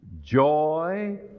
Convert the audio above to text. joy